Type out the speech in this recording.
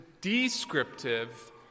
descriptive